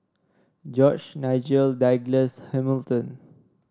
George Nigel Douglas Hamilton